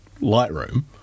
Lightroom